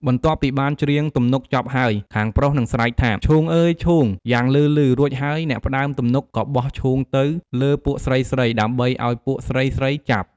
បន្ទាប់ពីបានច្រៀងទំនុកចប់ហើយ ខាងប្រុសនឹង ស្រែកថា «ឈូងអឺយឈូង!» យ៉ាងលឺៗ រួចហើយ អ្នកផ្ដើមទំនុកក៏បោះឈូងទៅលើពួកស្រីៗ ដើម្បីឲ្យ ពួកស្រីៗចាប់។